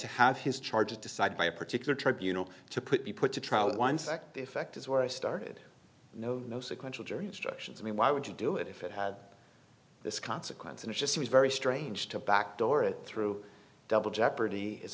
to have his charges decided by a particular tribunal to put be put to trial one sect effect is where i started no no sequential jury instructions i mean why would you do it if it had this consequence and it just seems very strange to backdoor it through double jeopardy as